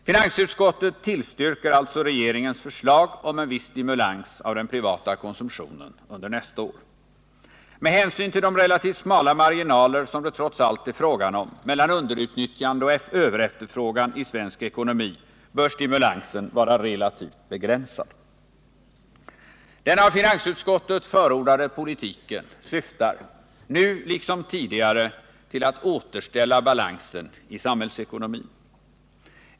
Finansutskottet tillstyrker således regeringens förslag om en viss stimulans av den privata konsumtionen under nästa år. Med hänsyn till de relativt smala marginaler som det trots allt är fråga om mellan underutnyttjande och överefterfrågan i svensk ekonomi bör stimulansen vara relativt begränsad. Den av finansutskottet förordade politiken syftar — nu liksom tidigare — till att återställa balansen i samhällsekonomin.